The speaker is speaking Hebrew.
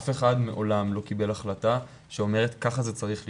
אף אחד מעולם לא קיבל החלטה שאומרת 'כך זה צריך להיות',